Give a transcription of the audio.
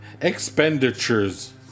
Expenditures